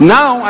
Now